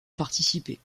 participer